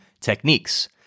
techniques